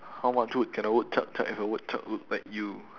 how much wood can a woodchuck chuck if a woodchuck look like you